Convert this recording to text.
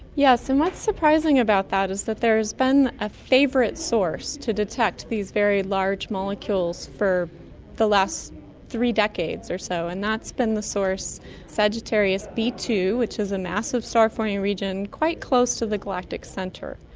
yes, and what's surprising about that is that there has been a favourite source to detect these very large molecules for the last three decades or so, and that's been the source sagittarius b two which is a massive star forming region quite close to the galactic centre.